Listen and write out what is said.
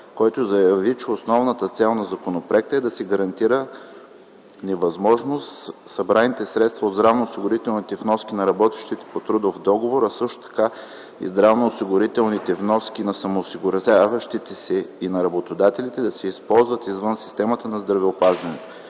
който заяви, че основната цел на законопроекта е да се гарантира невъзможност събраните средства от здравноосигурителните вноски на работещите по трудов договор, а също така и здравноосигурителните вноски на самоосигуряващите се и на работодателите, да се използват извън системата на здравеопазването.